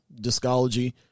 discology